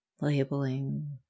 labeling